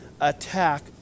attack